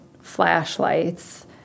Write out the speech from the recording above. flashlights